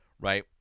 right